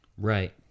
right